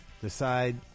decide